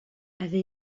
avait